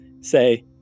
say